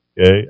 Okay